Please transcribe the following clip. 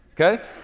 okay